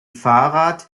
fahrrad